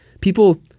people